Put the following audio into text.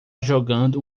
jogando